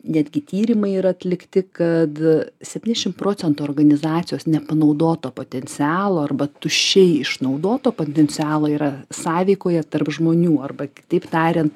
netgi tyrimai yra atlikti kad septyniasdešimt procentų organizacijos nepanaudoto potencialo arba tuščiai išnaudoto potencialo yra sąveikoje tarp žmonių arba kitaip tariant